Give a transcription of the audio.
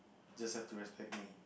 just have to respect me